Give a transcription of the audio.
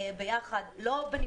לא בנפרד.